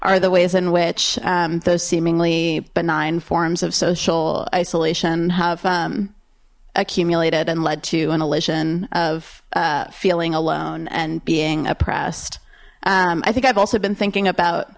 are the ways in which those seemingly benign forms of social isolation have accumulated and led to an elision of feeling alone and being oppressed i think i've also been thinking about